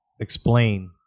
explain